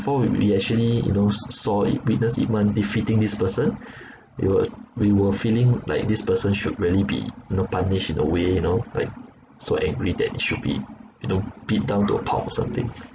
before we actually you know s~ saw it witnessed ip man defeating this person we were we were feeling like this person should really be you know punished in a way you know like so angry that he should be you know beat down to a pulp or something